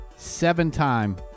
Seven-time